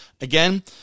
again